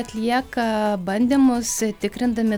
atlieka bandymus tikrindami